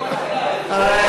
לא נכונה.